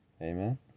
Amen